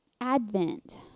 Advent